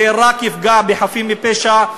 זה רק יפגע בחפים מפשע.